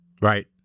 Right